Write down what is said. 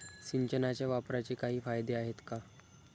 सिंचनाच्या वापराचे काही फायदे आहेत का?